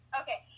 okay